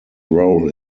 role